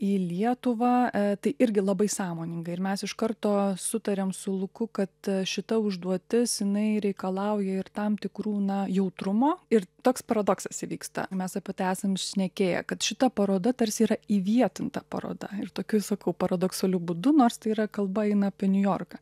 į lietuvą e tai irgi labai sąmoningai ir mes iš karto sutarėm su luku kad šita užduotis jinai reikalauja ir tam tikrų na jautrumo ir toks paradoksas įvyksta mes apie tai esam šnekėję kad šita paroda tarsi yra įvietinta paroda ir tokiu sakau paradoksaliu būdu nors tai yra kalba eina apie niujorką